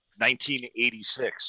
1986